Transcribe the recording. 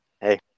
hey